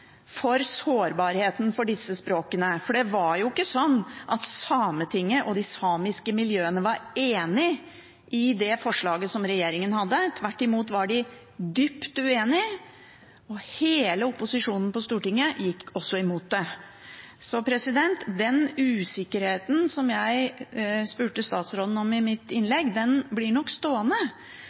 for sårbarheten til disse språkene, for det var ikke sånn at Sametinget og de samiske miljøene var enig i det forslaget som regjeringen hadde. Tvert imot var de dypt uenig, og hele opposisjonen på Stortinget gikk også imot det. Så den usikkerheten som jeg spurte statsråden om i mitt innlegg, blir nok stående,